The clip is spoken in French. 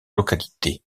localités